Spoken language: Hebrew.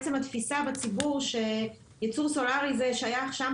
עצם התפיסה בציבור שייצור סולארי שייך לשם,